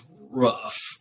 rough